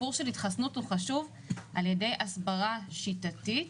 הסיפור של התחסנות הוא חשוב על ידי הסברה שיטתית